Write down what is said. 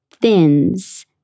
thins